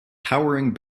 towering